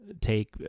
take